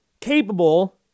capable